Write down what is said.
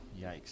yikes